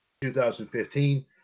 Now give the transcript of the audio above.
2015